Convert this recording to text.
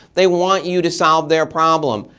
they want you to solve their problem.